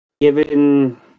Given